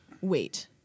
wait